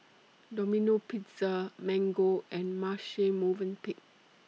Domino Pizza Mango and Marche Movenpick